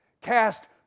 Cast